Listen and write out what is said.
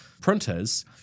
printers